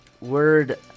word